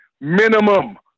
minimum